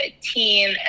team